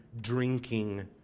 drinking